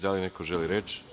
Da li neko želi reč?